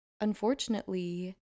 unfortunately